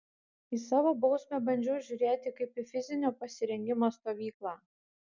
į savo bausmę bandžiau žiūrėti kaip į fizinio pasirengimo stovyklą